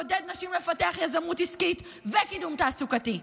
יעודד נשים לפתח יזמות עסקית וקידום תעסוקתי.